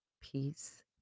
peace